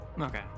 Okay